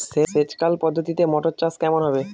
সেচ খাল পদ্ধতিতে মটর চাষ কেমন হবে?